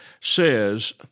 says